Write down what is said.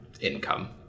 income